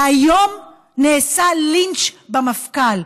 והיום נעשה לינץ' במפכ"ל,